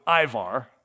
Ivar